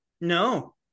No